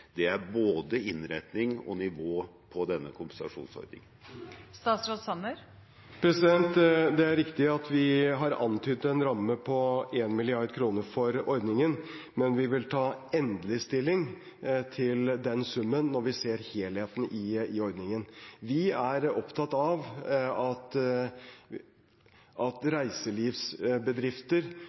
er både innretning og nivå på denne kompensasjonsordningen. Det er riktig at vi har antydet en ramme på 1 mrd. kr for ordningen, men vi vil ta endelig stilling til den summen når vi ser helheten i ordningen. Vi er opptatt av at reiselivsbedrifter